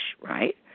right